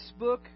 Facebook